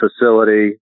facility